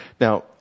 Now